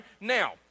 Now